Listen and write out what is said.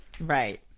right